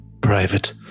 Private